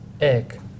Egg